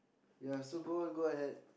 ya so go on go ahead